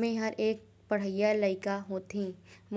मेहर एक पढ़इया लइका लइका होथे